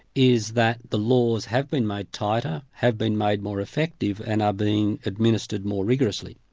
is that the laws have been made tighter, have been made more effective and are being administered more rigorously.